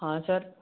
हाँ सर